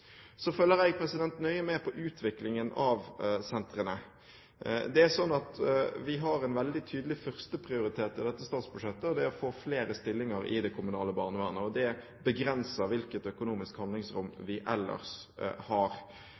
Jeg følger nøye med på utviklingen av sentrene. Vi har en veldig tydelig førsteprioritet i dette statsbudsjettet, og det er å få flere stillinger i det kommunale barnevernet. Det begrenser hvilket økonomisk handlingsrom vi ellers har.